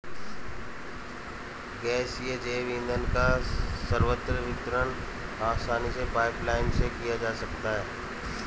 गैसीय जैव ईंधन का सर्वत्र वितरण आसानी से पाइपलाईन से किया जा सकता है